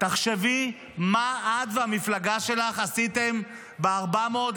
תחשבי מה את והמפלגה שלך עשיתם ב-416